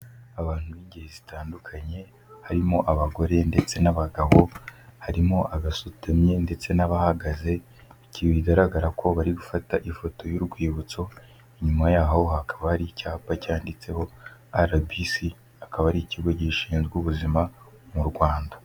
Abantu b'ingeri zitandukanye, harimo abagore ndetse n'abagabo, harimo abasutamye ndetse n'abahagaze, bigaragara ko bari gufata ifoto y'urwibutso, inyuma yaho hakaba hari icyapa cyanditseho RBC, akaba ari Ikigo gishinzwe Ubuzima mu Rwanda.